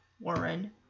Warren